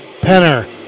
Penner